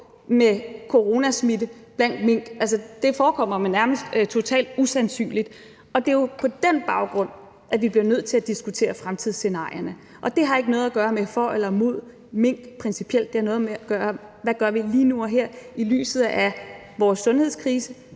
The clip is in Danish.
med coronasmitte blandt mink. Altså, det forekommer mig nærmest totalt usandsynligt. Det er jo på den baggrund, vi bliver nødt til at diskutere fremtidsscenarierne. Det har ikke noget at gøre med, om man principielt er for eller imod mink; det har noget at gøre med, hvad vi gør lige nu og her i lyset af vores sundhedskrise,